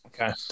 Okay